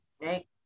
make